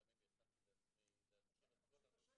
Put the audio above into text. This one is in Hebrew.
ותאמין לי הכנתי לעצמי להזכיר את כל הנושאים